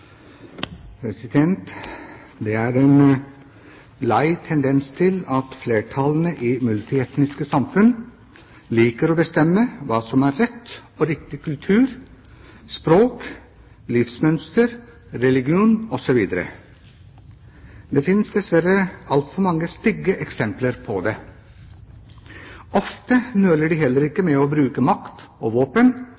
ta. Det er en lei tendens til at flertallet i multietniske samfunn liker å bestemme hva som er rett og riktig kultur, språk, livsmønster, religion osv. Det finnes dessverre altfor mange stygge eksempler på det. Ofte nøler de heller